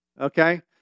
Okay